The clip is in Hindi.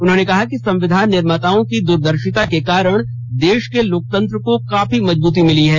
उन्होंने कहा कि संविधान निर्माताओं की दूरदर्शिता के कारण देश को लोकतंत्र को काफी मजबूती मिली है